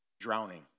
Drowning